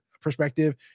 perspective